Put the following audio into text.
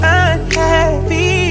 unhappy